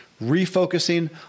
refocusing